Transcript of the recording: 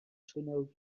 tunnel